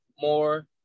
more